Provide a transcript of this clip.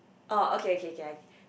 oh okay okay okay I